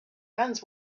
guns